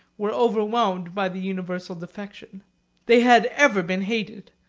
were overwhelmed by the universal defection they had ever been hated,